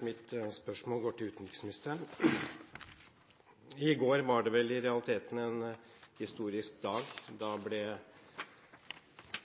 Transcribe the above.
Mitt spørsmål går til utenriksministeren. Gårsdagen var vel i realiteten en historisk dag. Da ble